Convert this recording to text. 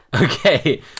Okay